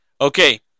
Okay